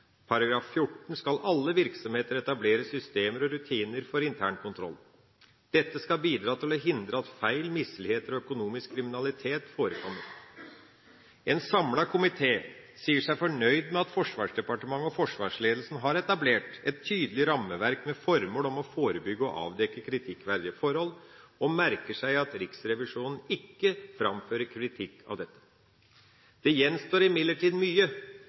§ 14, skal alle virksomheter etablere systemer og rutiner for intern kontroll. Dette skal bidra til å hindre at feil, misligheter og økonomisk kriminalitet forekommer. En samlet komité sier seg fornøyd med at Forsvarsdepartementet og forsvarsledelsen har etablert et tydelig rammeverk med det formål å forebygge og avdekke kritikkverdige forhold, og merker seg at Riksrevisjonen ikke framfører kritikk av dette. Det gjenstår imidlertid mye